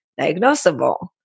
diagnosable